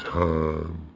time